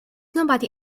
nobody